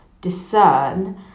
discern